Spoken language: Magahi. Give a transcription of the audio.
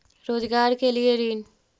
रोजगार के लिए ऋण?